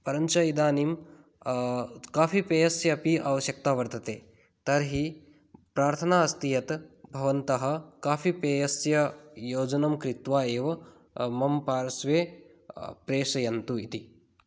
परञ्च इदानीं काफ़ीपेयस्य अपि आवश्यकता वर्तते तर्हि प्रार्थना अस्ति यत् भवन्तः काफ़ीपेयस्य योजनं कृत्वा एव मम पार्श्वे प्रेषयन्तु इति